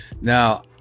Now